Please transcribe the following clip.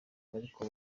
bariko